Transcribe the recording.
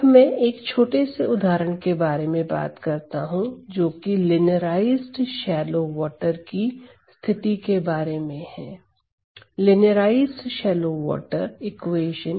अब मैं एक छोटे से उदाहरण के बारे में बात करता हूं जोकि लिनियराइजड शैलो वॉटर की स्थिति के बारे में है लिनियराइजड शैलो वॉटर इक्वेशन